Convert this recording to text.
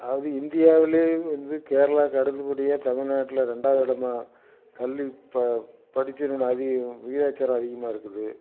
அது இந்தியாவுலேயே வந்து கேரளாவுக்கு அடுத்தபடியாக தமிழ்நாட்டில் ரெண்டாவது இடமா கல்வி படிச்சிருக்கவர் அது விகிதாச்சரம் அதிகமாக இருக்குது